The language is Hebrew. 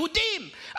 יהודים,